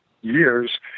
years